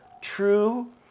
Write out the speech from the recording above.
true